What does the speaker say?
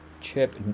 Chip